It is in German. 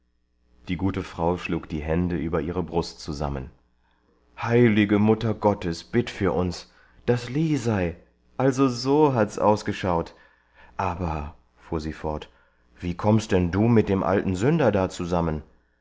die gute frau schlug die hände über ihre brust zusammen heilige mutter gottes bitt für uns das lisei also so hat's ausgeschaut aber fuhr sie fort wie kommst denn du mit dem alten sünder da zusammen